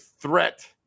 threat